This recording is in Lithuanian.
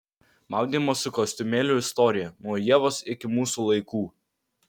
maudymosi kostiumėlių istorija nuo ievos iki mūsų laikų